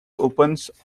opens